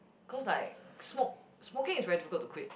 because like smoke smoking is very difficult to quit